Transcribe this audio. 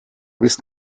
bist